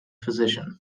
physician